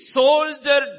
soldier